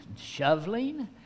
shoveling